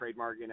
trademarking